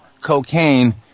cocaine